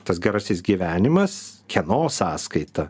tas gerasis gyvenimas kieno sąskaita